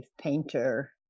painter